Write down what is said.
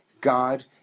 God